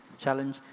challenge